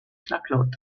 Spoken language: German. knacklaut